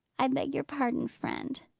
i beg your pardon, friend,